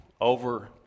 over